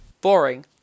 boring